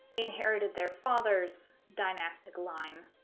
inherited their fathers dynastic line